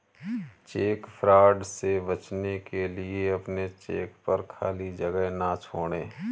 check fraud से बचने के लिए अपने चेक पर खाली जगह ना छोड़ें